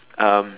um